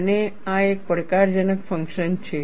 અને આ એક પડકારજનક ફંક્શન છે